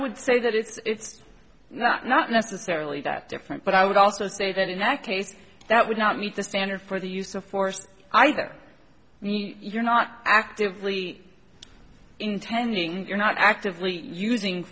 would say that it's not not necessarily that different but i would also say that in that case that would not meet the standard for the use of force either me you're not actively intending you're not actively using